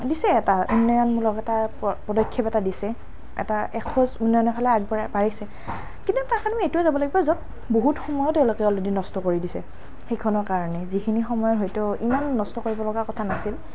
দিছে এটা উন্নয়নমূলক এটা প পদক্ষেপ এটা দিছে এটা এখোজ উন্নয়নৰ ফালে আগবাঢ় বাঢ়িছে কিন্তু তাৰ কাৰণে এইটোৱে জানিব লাগিব য'ত বহুত সময়ো তেওঁলোকে অলৰেডি নষ্ট কৰি দিছে সেইখনৰ কাৰণে সেইখিনি সময় হয়টো ইমান নষ্ট কৰিব লগা কথা নাছিল